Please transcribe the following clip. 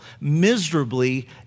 miserably